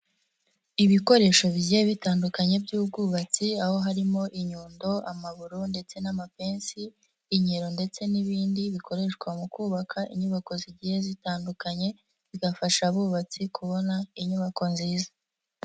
Ibikoresho bigiye bitandukanye by'ubwubatsi aho harimo inyundo, amaburo ndetse n'amapensi, inkero ndetse n'ibindi bikoreshwa mu kubaka inyubako zigiye zitandukanye bigafasha abubatsi kubona inyubako nziza.